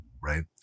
right